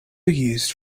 used